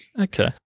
okay